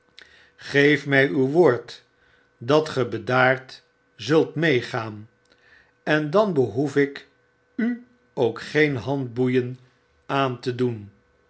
geef my uw woord dat ge bedaard zult meegaan en dan behoef ikuook geen handboeien aan te doen